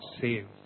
save